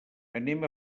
anem